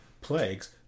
plagues